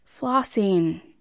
Flossing